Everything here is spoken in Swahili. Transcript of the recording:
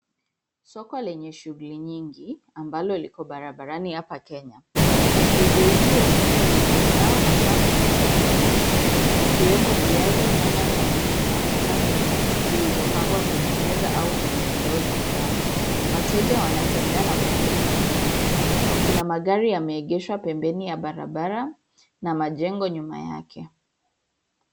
Soko lenye shughuli nyingi ambalo liko barabarani hapa Kenya. Wachuuzi wengi wanauza bidhaa zao hasaa matunda na mboga, zikiwemo: viazi, nyanya, kabeji na avocado , zilizopangwa kwenye meza au kwenye ndoo za njano. Wateja wanatembea na kufanya manunuzi. Kuna magari yameegeshwa pembeni ya barabara na majengo nyuma yake.